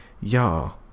y'all